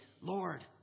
Lord